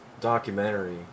documentary